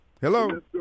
Hello